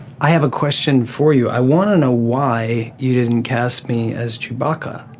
i have a question for you. i want to know why you didn't cast me as chewbacca?